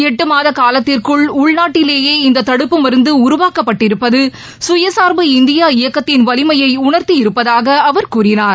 எட்டு மாத ஊலத்திற்குள் உள்நாட்டிலேயே இந்த தடுப்பு மருந்து உருவாக்கப்பட்டிருப்பது சுயசாா்பு இந்தியா இயக்கத்தின் வலிமையை உணர்த்தி இருப்பதாகக் கூறினார்